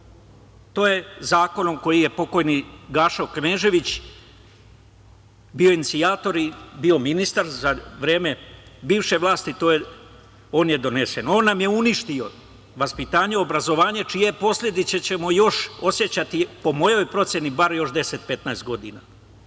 To je zakonom koji je pokojni Gašo Knežević bio inicijator i bio ministar za vreme bivše vlasti on je donesen. On nam je uništio vaspitanje i obrazovanje, čije posledice ćemo još osećati, po mojoj proceni, bar još deset,